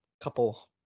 couple